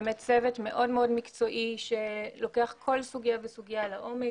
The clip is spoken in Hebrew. באמת צוות מאוד מאוד מקצועי שלוקח כל סוגיה וסוגיה לעומק.